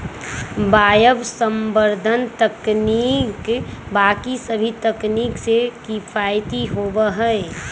वायवसंवर्धन के तकनीक बाकि सभी तकनीक से किफ़ायती होबा हई